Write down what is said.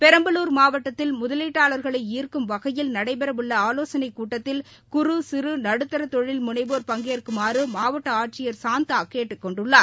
பெரம்பலூர் மாவட்டத்தில் முதலீட்டாளர்களை ஈர்க்கும் வகையில் நடைபெறவுள்ள ஆலோசனை கூட்டத்தில் குறு சிறு நடுத்தர தொழில் முனைவோர் பங்கேற்குமாறு மாவட்ட ஆட்சியர் சாந்தா கேட்டுக் கொண்டுள்ளார்